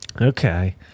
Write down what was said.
Okay